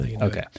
Okay